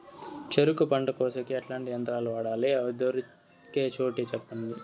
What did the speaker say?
చెరుకు పంట కోసేకి ఎట్లాంటి యంత్రాలు వాడాలి? అవి దొరికే చోటు చెప్పండి?